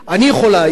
אני יכול להעיד,